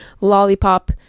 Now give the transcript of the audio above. Lollipop